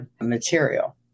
material